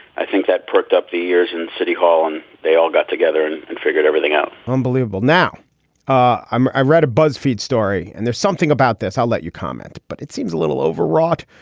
i think that perked up the years in city hall and they all got together and and figured everything out unbelievable. now i've read a buzzfeed story and there's something about this. i'll let you comment, but it seems a little overwrought.